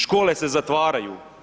Škole se zatvaraju.